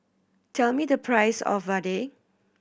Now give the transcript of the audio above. tell me the price of vadai